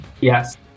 Yes